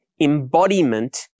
embodiment